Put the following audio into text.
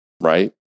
right